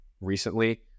recently